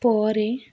ପରେ